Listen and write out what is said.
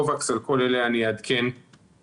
COVAX על כל אלה אני אעדכן בהמשך.